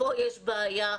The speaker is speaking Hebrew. פה יש בעיה.